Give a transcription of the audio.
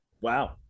wow